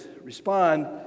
respond